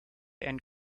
and